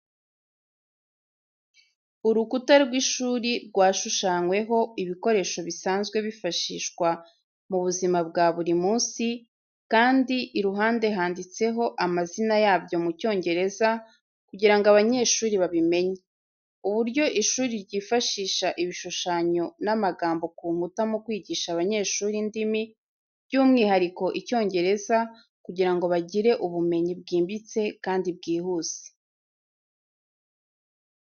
Urukuta rw’ishuri rwashushanyweho ibikoresho bisanzwe bifashishwa mu buzima bwa buri munsi, kandi iruhande handitseho amazina yabyo mu Cyongereza kugira ngo abanyeshuri babimenye. Uburyo ishuri ryifashisha ibishushanyo n'amagambo ku nkuta mu kwigisha abanyeshuri indimi, by’umwihariko Icyongereza kugira ngo bagire ubumenyi bwimbitse kandi bwihuse.